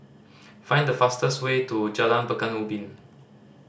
find the fastest way to Jalan Pekan Ubin